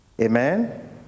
Amen